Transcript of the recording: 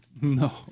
No